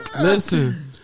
Listen